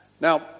Now